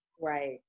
right